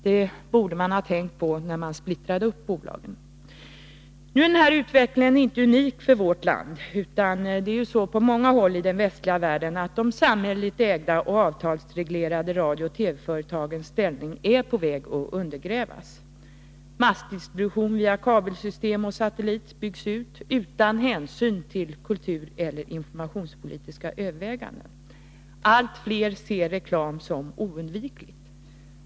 Det borde de ha tänkt på innan de splittrade bolagen. Denna utveckling är inte unik för vårt land. På många håll i den västliga världen är de samhälleligt ägda och avtalsreglerade radiooch TV-företagens ställning på väg att undergrävas. Massdistribution via kabelsystem eller satellit byggs ut utan hänsyn till kulturoch informationspolitiska överväganden. Allt fler ser reklam som någonting oundvikligt.